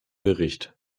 bericht